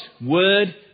word